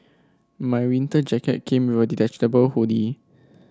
my winter jacket came with a detachable hood